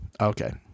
Okay